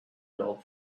love